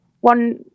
one